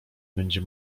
będzie